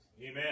Amen